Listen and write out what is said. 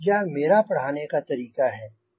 यह मेरा पढ़ाने का तरीका है